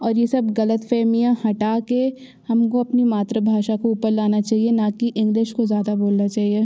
और यह सब ग़लतफ़मियाँ हटा कर हमको अपनी मातृभाषा को ऊपर लाना चाहिए ना कि इंग्लिश को ज़्यादा बोलना चाहिए